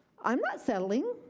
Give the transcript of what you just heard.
i'm not settling.